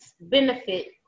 benefit